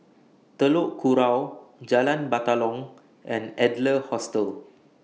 Telok Kurau Jalan Batalong and Adler Hostel